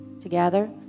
Together